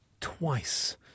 Twice